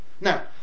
Now